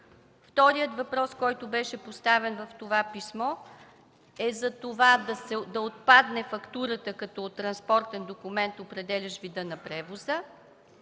Вторият въпрос, който беше поставен в това писмо, е за това да отпадне фактурата като транспортен документ, определящ вида на превоза.